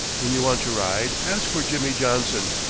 when you want to ride, ask for jimmy johnson.